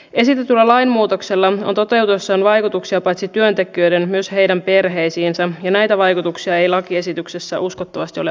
esitetyllä lainmuutoksella on toteutuessaan vaikutuksia paitsi työntekijöihin myös heidän perheisiinsä ja näitä vaikutuksia ei lakiesityksessä uskottavasti ole arvioitu